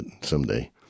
someday